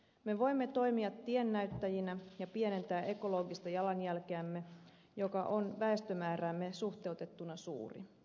me voimme toimia tiennäyttäjinä ja pienentää ekologista jalanjälkeämme joka on väestömääräämme suhteutettuna suuri